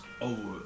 Over